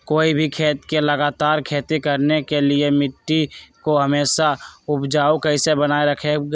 कोई भी खेत में लगातार खेती करने के लिए मिट्टी को हमेसा उपजाऊ कैसे बनाय रखेंगे?